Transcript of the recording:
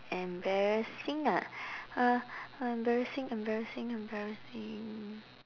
embarrassing ah uh uh embarrassing embarrassing embarrassing